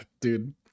dude